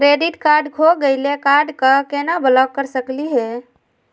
Credit card खो गैली, card क केना ब्लॉक कर सकली हे?